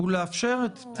לאפשר גם וגם, לשתי הרשויות.